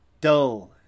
Dull